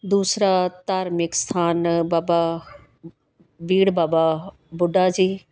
ਦੂਸਰਾ ਧਾਰਮਿਕ ਸਥਾਨ ਬਾਬਾ ਬੀੜ ਬਾਬਾ ਬੁੱਢਾ ਜੀ